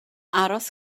aros